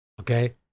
Okay